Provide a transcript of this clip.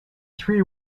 three